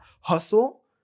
hustle